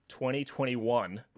2021